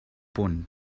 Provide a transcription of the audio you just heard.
punt